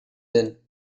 then